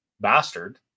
bastard